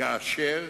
כאשר